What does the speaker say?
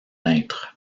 être